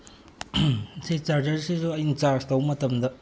ꯁꯤ ꯆꯥꯔꯖꯔꯁꯤꯁꯨ ꯑꯩꯅ ꯆꯥꯔꯖ ꯇꯧꯕ ꯃꯇꯝꯗ